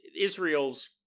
Israel's